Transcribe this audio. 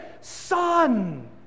Son